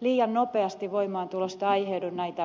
liian nopeasta voimaantulosta aiheudu näitä ongelmia